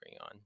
on